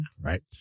Right